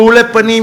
רעולי פנים,